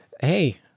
hey